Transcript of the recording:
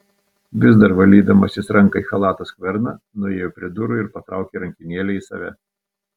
vis dar valydamasis ranką į chalato skverną nuėjo prie durų ir patraukė rankenėlę į save